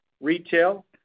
retail